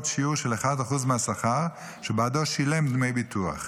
שיעור של 1% מהשכר שבעדו שילם דמי ביטוח.